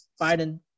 Biden